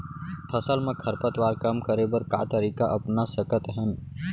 फसल मा खरपतवार कम करे बर का तरीका अपना सकत हन?